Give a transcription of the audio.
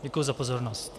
Děkuji za pozornost.